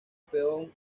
peón